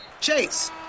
Chase